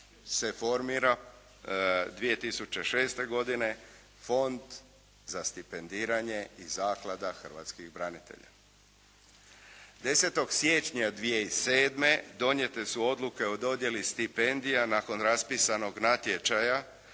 se formira 2006. godine Fond za stipendiranje i Zaklada hrvatskih branitelja. 10. siječnja 2007. donijete su odluke o dodjeli stipendija nakon raspisanog natječaja